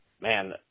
man